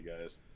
guys